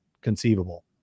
conceivable